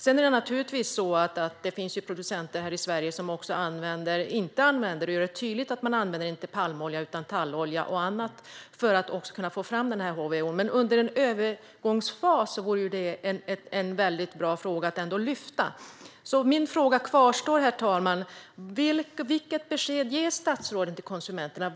Det finns naturligtvis producenter här i Sverige som inte använder palmolja utan tallolja och annat för att få fram HVO, och som lyfter fram det tydligt. Men under en övergångsfas vore det en väldigt bra fråga att lyfta fram. Min fråga kvarstår dock, herr talman. Vilket besked ger statsrådet till konsumenterna?